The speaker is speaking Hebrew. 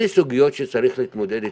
אלה סוגיות שצריך להתמודד איתן.